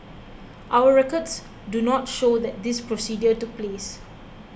our records do not show that this procedure took place